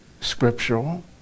scriptural